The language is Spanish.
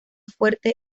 fuerte